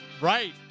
Right